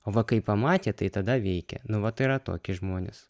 o va kai pamatė tai tada veikia nu vat yra toki žmonės